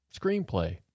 screenplay